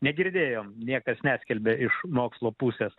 negirdėjom niekas neskelbė iš mokslo pusės